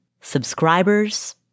subscribers